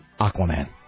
Aquaman